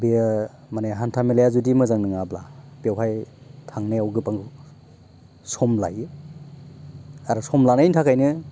बेयो माने हान्थामेलाया जुदि मोजां नङाब्ला बेवहाय थांनायाव गोबां सम लायो आरो सम लानायनि थाखायनो